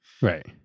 Right